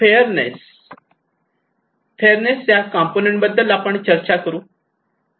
fairness fairness या component बद्दल आपण चर्चा करू